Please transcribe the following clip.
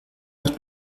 nach